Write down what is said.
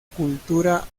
cultura